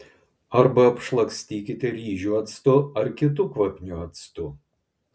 arba apšlakstykite ryžių actu ar kitu kvapniu actu